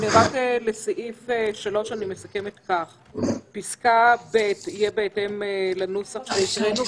לסעיף 3 אני מסכמת כך: פסקה (ב) תהיה בהתאם לנוסח שהקראנו,